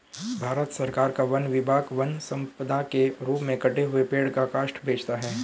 भारत सरकार का वन विभाग वन सम्पदा के रूप में कटे हुए पेड़ का काष्ठ बेचता है